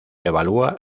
evalúa